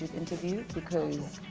interview because